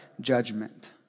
judgment